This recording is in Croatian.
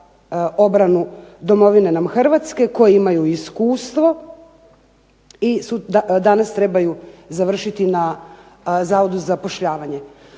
obranu domovine nam Hrvatske, koji imaju iskustvo i danas trebaju završiti na Zavodu za zapošljavanje.